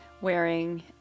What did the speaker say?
wearing